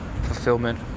fulfillment